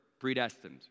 predestined